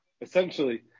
Essentially